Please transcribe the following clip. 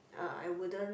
uh I wouldn't